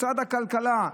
משרד הכלכלה.